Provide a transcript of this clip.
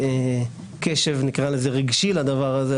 יותר קשב רגשי לדבר הזה,